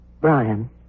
Brian